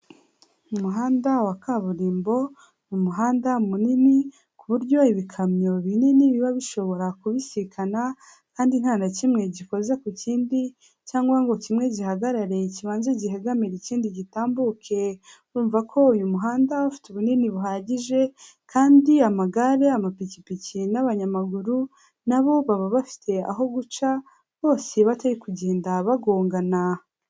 Umuhanda wa kaburimbo, umuhanda munini ku buryo ibikamyo binini biba bishobora kubisikana kandi nta na kimwe gikoze ku kindi cyangwa ngo kimwe gihagarare kibanze gihegamire ikindi gitambuke, urumva ko uyu muhanda ufite ubunini buhagije kandi amagare, amapikipiki n'abanyamaguru na bo baba bafite aho guca bose batari kugenda bagongana.